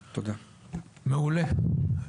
מעולה.